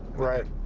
right.